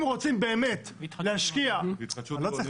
אם רוצים להשקיע --- והתחדשות עירונית?